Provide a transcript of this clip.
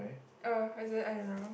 oh is it I don't know